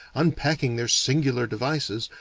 unpacking their singular devices,